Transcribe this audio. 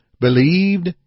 believed